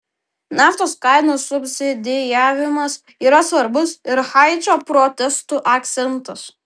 naftos kainų subsidijavimas yra svarbus ir haičio protestų akcentas